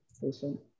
patient